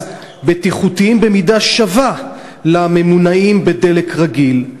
בטיחותיים במידה שווה לממונעים בדלק רגיל.